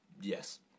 Yes